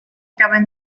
caben